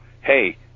hey